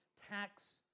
tax